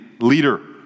leader